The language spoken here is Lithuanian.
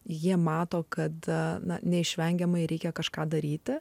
jie mato kada neišvengiamai reikia kažką daryti